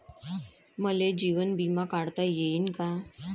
मले जीवन बिमा काढता येईन का?